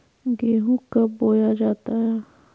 गेंहू कब बोया जाता हैं?